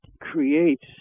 creates